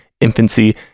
infancy